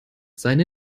seine